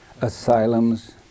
asylums